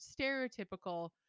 stereotypical